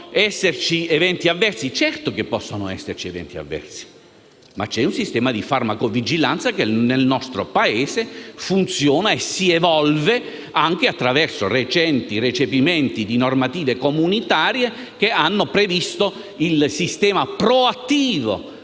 aspetti epidemiologici. Certamente possono esserci eventi avversi, ma c'è un sistema di farmacovigilanza che nel nostro Paese funziona e si evolve anche attraverso recenti recepimenti di normative comunitarie che hanno previsto un sistema proattivo